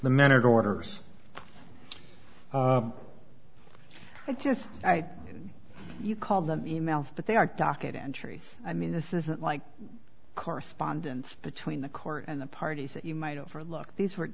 the minute orders i just i mean you call them e mails but they are docket entries i mean this isn't like correspondence between the court and the parties that you might over look these were